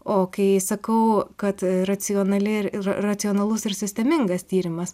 o kai sakau kad racionali ir ir racionalus ir sistemingas tyrimas